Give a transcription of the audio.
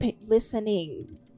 listening